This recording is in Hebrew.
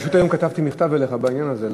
פשוט היום כתבתי מכתב אליך בעניין הזה,